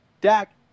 Dak